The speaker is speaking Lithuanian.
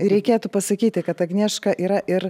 reikėtų pasakyti kad agnieška yra ir